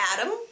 Adam